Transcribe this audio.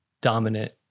dominant